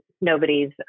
nobody's